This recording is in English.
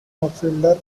outfielder